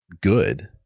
good